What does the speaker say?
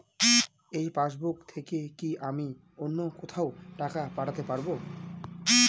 এই পাসবুক থেকে কি আমি অন্য কোথাও টাকা পাঠাতে পারব?